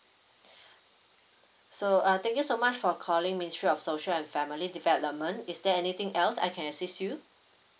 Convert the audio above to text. so uh thank you so much for calling ministry of social and family development is there anything else I can assist you